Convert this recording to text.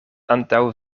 antaŭ